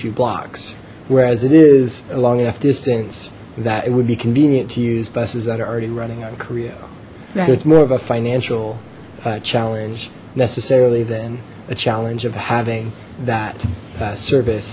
few blocks whereas it is along enough distance that it would be convenient to use buses that are already running on korea so it's more of a financial challenge necessarily than a challenge of having that service